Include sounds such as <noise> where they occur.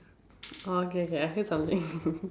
orh K K I heard something <laughs>